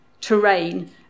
terrain